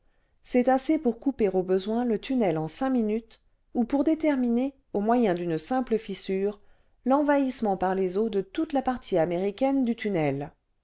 c'est assez pour couper au besoin le tunnel en cinq minutes ou pour déterminer au moyen d'une simple fissure l'envahissement par les eaux de toute la partie américaine du tunnel